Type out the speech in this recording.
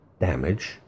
damage